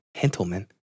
gentlemen